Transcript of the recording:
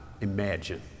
imagine